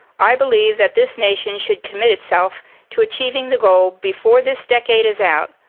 i believe that this nation should commit itself to achieving the goal before this decade is out,